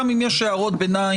גם אם יש הערות ביניים,